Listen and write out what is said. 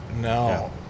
No